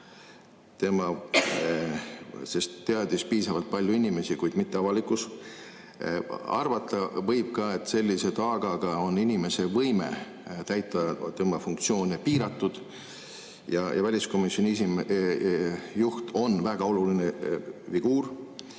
[asjast] teadis piisavalt palju inimesi, kuid mitte avalikkus. Arvata võib, et sellise taagaga on inimese võime täita oma funktsioone piiratud. Väliskomisjoni juht on väga oluline figuur.